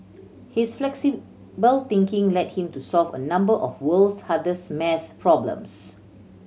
his flexible thinking led him to solve a number of the world's hardest maths problems